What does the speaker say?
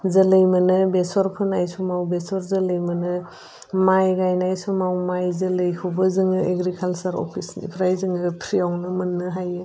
जोलै मोननाय बेसर फोनाय समाव बेसर जोलै मोनो माइ गायनाय समाव माइ जोलैखौबो जोङो एग्रिकाल्सार अफिसनिफ्राय जोङो फ्रियावनो मोननो हायो